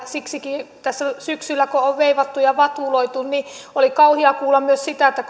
siksikin kun tässä syksyllä on veivattu ja vatuloitu oli kauheaa kuulla myös siitä että